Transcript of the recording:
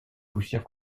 poussière